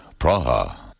Praha